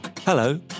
Hello